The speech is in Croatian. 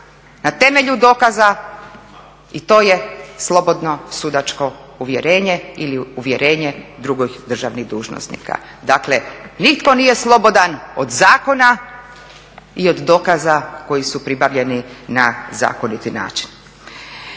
na temelju dokaza i to je slobodno sudačko uvjerenje ili uvjerenje drugih državnih dužnosnika. Dakle, nitko nije slobodan od zakona i od dokaza koji su pribavljeni na zakoniti način.